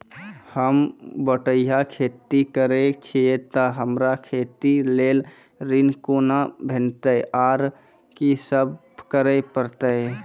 होम बटैया खेती करै छियै तऽ हमरा खेती लेल ऋण कुना भेंटते, आर कि सब करें परतै?